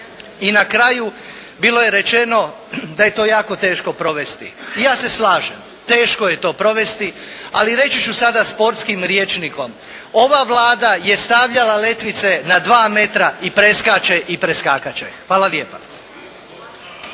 I na kraju bilo je rečeno da je to jako teško provesti, i ja se slažem, teško je to provesti ali reći ću sada sportskim rječnikom. Ova Vlada je stavljala letvice na 2 metra i preskače i preskakat će. Hvala lijepa.